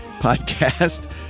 Podcast